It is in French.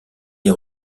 les